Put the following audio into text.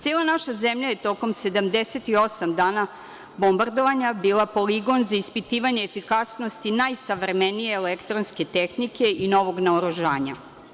Cela naša zemlja je tokom 78 dana bombardovanja bila poligon za ispitivanje efikasnosti najsavremenije elektronske tehnike i novog naoružanja.